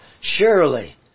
Surely